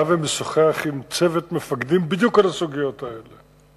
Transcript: באתי ושוחחתי עם צוות מפקדים בדיוק על הסוגיות האלה.